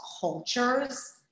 cultures